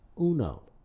Uno